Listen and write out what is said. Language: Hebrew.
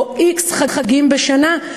או x חגים בשנה,